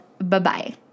Bye-bye